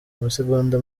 amasegonda